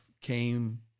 came